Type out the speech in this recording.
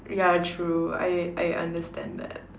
yeah true I I understand that